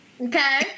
Okay